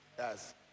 Yes